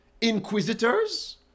Inquisitors